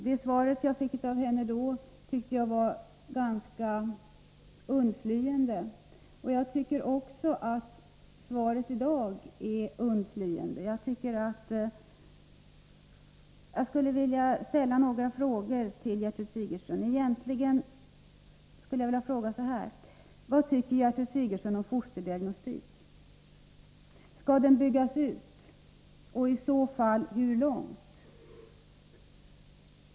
Det svar jag då fick av henne var ganska undflyende, och jag tycker att även svaret i dag är undflyende. Jag skulle vilja ställa några frågor till Gertrud Sigurdsen. Vad tycker Gertrud Sigurdsen om fosterdiagnostik? Skall den byggas ut, och i så fall hur långt?